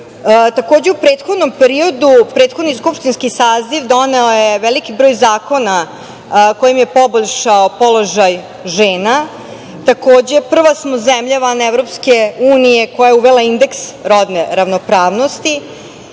u prethodnom periodu prethodni skupštinski saziv doneo je veliki broj zakona kojima je poboljšao položaj žena. Prva smo zemlja van EU koja je uvela indeks rodne ravnopravnosti,